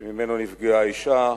ושם נפגעה האשה.